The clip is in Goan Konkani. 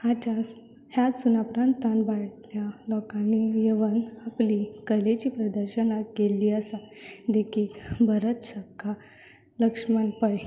ह्या सुनापरांता बायल्या लोकांनी येवन आपलीं कलेचीं प्रदर्शना केल्लीं आसात देखीक भरत लक्षंण